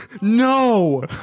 No